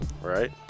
right